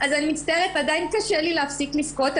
אז אני מצטערת, עדיין קשה לי להפסיק לבכות.